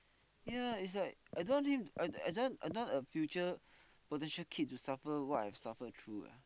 ya it's like I don't want him as in I don't want I don't want a future position kids suffer what I suffer through eh